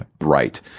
right